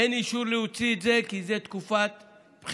אין אישור להוציא את זה כי זו תקופת בחירות.